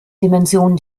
dimension